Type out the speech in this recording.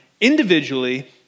individually